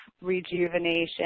rejuvenation